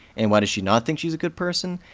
and why does she not think she's a good person?